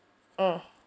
mm